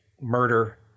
murder